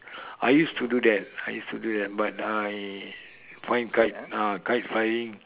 I used to do that I used to do that but I find kite ah kite flying